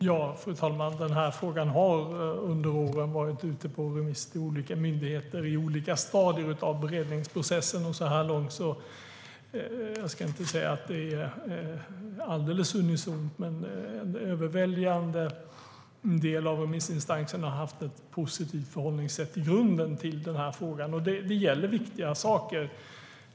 Fru talman! Frågan har under åren varit ute på remiss till olika myndigheter i olika stadier av beredningsprocessen. Så långt har det inte varit alldeles unisont, men en överväldigande del av remissinstanserna har i grunden haft ett positivt förhållningssätt till frågan. Det gäller viktiga frågor.